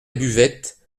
buvette